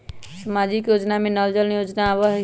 सामाजिक योजना में नल जल योजना आवहई?